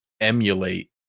emulate